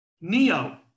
Neo